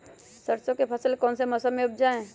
सरसों की फसल कौन से मौसम में उपजाए?